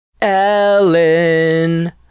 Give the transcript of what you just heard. Ellen